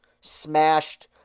smashed